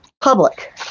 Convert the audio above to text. public